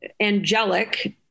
angelic